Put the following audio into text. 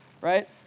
right